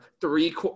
three